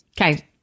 Okay